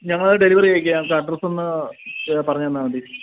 ഞങ്ങളത് ഡെലിവറി അയക്കാം അഡ്രസ്സ് ഒന്ന് പറഞ്ഞു തന്നാൽ മതി